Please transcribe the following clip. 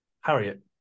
Harriet